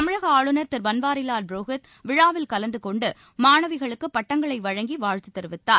தமிழக ஆளுநர் திரு பன்வாரிவால் புரோஹித் விழாவில் கலந்து கொண்டு மாணவிகளுக்கு பட்டங்களை வழங்கி வாழ்த்து தெரிவித்தார்